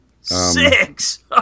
Six